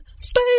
Stay